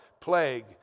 plague